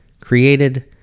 created